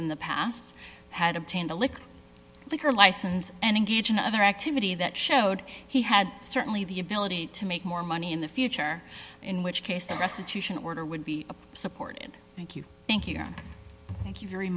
in the past had obtained a lick liquor license and engage in other activity that showed he had certainly the ability to make more money in the future in which case the restitution order would be supported thank you thank you thank you very